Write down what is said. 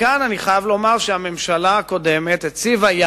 כאן אני חייב לומר שהממשלה הקודמת הציבה,